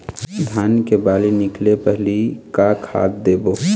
धान के बाली निकले पहली का खाद देबो?